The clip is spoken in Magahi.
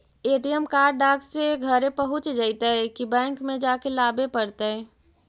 ए.टी.एम कार्ड डाक से घरे पहुँच जईतै कि बैंक में जाके लाबे पड़तै?